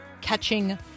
Catching